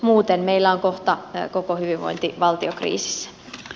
muuten meillä on kohta koko hyvinvointivaltio kriisissä